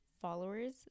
followers